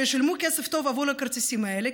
ששילמו כסף טוב עבור הכרטיסים האלה,